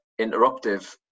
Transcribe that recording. interruptive